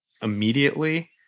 immediately